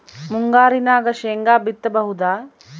ಮುಂಗಾರಿನಾಗ ಶೇಂಗಾ ಬಿತ್ತಬಹುದಾ?